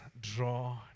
draw